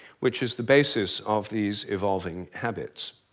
which is the basis of these evolving habits.